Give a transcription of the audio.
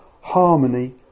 harmony